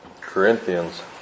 Corinthians